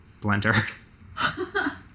blender